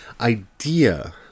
idea